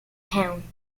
town